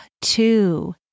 two